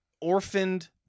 orphaned